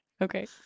okay